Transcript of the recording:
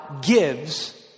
gives